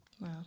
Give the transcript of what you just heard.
Wow